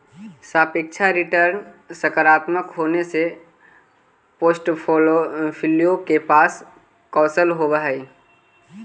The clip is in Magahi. सापेक्ष रिटर्न सकारात्मक होने से पोर्ट्फोलीओ के पास कौशल होवअ हई